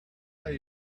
are